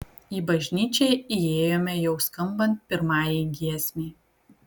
į bažnyčią įėjome jau skambant pirmajai giesmei